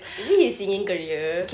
is it his singing career